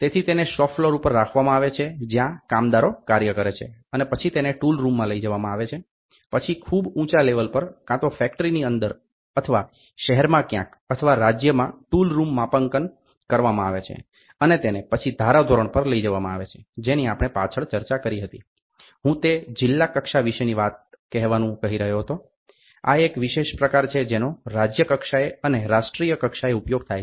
તેથી તેને shop floor ઉપર રાખવામાં આવે છે જ્યાં કામદારો કાર્ય કરે છે અને પછી તેને ટૂલરૂમમાં લઈ જવામાં આવે છે પછી ખૂબ ઊંચા લેવલ પર કાં તો ફેકટરીની અંદર અથવા શહેરમાં ક્યાંક અથવા રાજ્યમાં ટૂલરૂમ માપાંકન કરવામાં આવે છે અને તેને પછી ધારા ધોરણ પર લઈ જવામાં આવે છે જેની આપણે પાછળ ચર્ચા કરી હતી હું તે જિલ્લા કક્ષા વિષેની વાત કહેવાનુ કહી રહ્યો હતો આ એક વિશેષ પ્રકાર છે જેનો રાજ્ય કક્ષાએ અને રાષ્ટ્રીય કક્ષાએ ઉપયોગ થાય છે